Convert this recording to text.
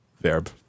verb